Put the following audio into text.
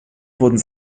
wurden